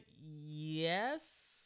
yes